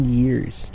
years